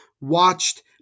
watched